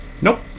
Nope